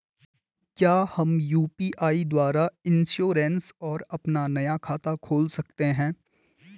क्या हम यु.पी.आई द्वारा इन्श्योरेंस और अपना नया खाता खोल सकते हैं?